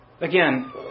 Again